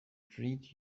treat